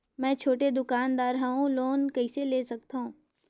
मे छोटे दुकानदार हवं लोन कइसे ले सकथव?